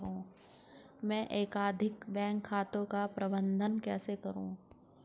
मैं एकाधिक बैंक खातों का प्रबंधन कैसे करूँ?